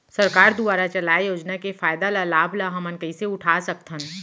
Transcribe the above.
सरकार दुवारा चलाये योजना के फायदा ल लाभ ल हमन कइसे उठा सकथन?